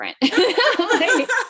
different